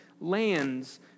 lands